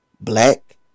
black